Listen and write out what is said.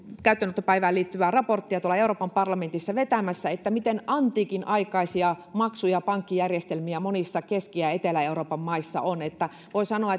käyttöönottopäivään liittyvää raporttia tuolla euroopan parlamentissa miten antiikinaikaisia maksu ja pankkijärjestelmiä monissa keski ja ja etelä euroopan maissa on voi sanoa